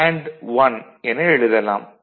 1 என எழுதலாம்